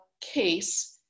case